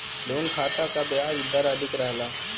loan खाता क ब्याज दर अधिक रहला